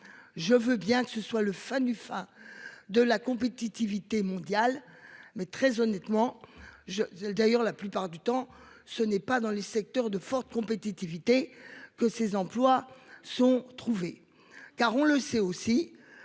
Je veux bien que ce soit le fin du fin de la compétitivité mondiale. Mais très honnêtement je j'd'ailleurs la plupart du temps ce n'est pas dans les secteurs de forte compétitivité que ces emplois sont trouvés car on le sait aussi.